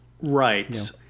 Right